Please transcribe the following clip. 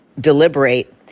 deliberate